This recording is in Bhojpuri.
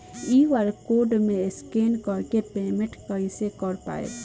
क्यू.आर कोड से स्कैन कर के पेमेंट कइसे कर पाएम?